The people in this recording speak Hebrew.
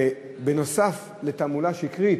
בנוסף לתעמולה שקרית.